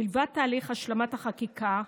מלבד תהליך השלמת החקיקה,